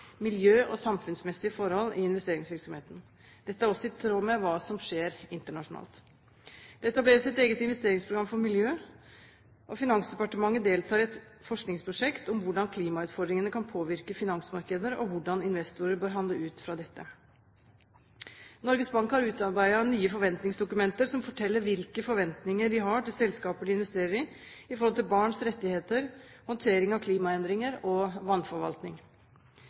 miljø og samfunnsmessige forhold i investeringsvirksomheten. Dette er også i tråd med hva som skjer internasjonalt. Det etableres et eget investeringsprogram for miljø. Finansdepartementet deltar i et forskningsprosjekt om hvordan klimautfordringene kan påvirke finansmarkedene, og hvordan investorer bør handle ut fra dette. Norges Bank har utarbeidet nye forventningsdokumenter, som forteller hvilke forventninger de har til selskaper de investerer i med tanke på barns rettigheter, håndtering av klimaendringer og vannforvaltning.